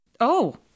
Oh